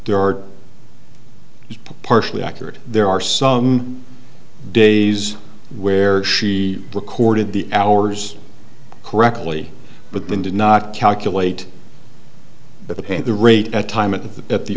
are partially accurate there are some days where she recorded the hours correctly but then did not calculate the pay the rate at time of the at the